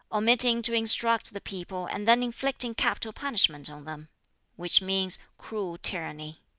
omitting to instruct the people and then inflicting capital punishment on them which means cruel tyranny.